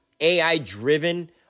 AI-driven